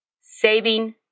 Saving